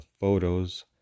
photos